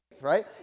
right